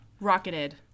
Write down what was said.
Rocketed